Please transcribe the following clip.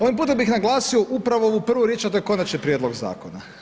Ovim putem bih naglasio upravo ovu prvu riječ, a to je konačni prijedlog zakona.